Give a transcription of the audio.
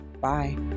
Bye